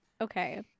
okay